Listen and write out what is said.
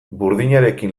burdinarekin